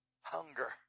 Hunger